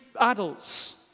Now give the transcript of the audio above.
Adults